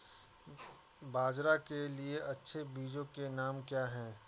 बाजरा के लिए अच्छे बीजों के नाम क्या हैं?